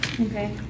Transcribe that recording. Okay